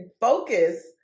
Focus